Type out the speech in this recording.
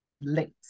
late